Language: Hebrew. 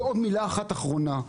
עוד מילה אחת אחרונה.